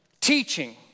teaching